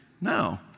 No